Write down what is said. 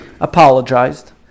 apologized